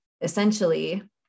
essentially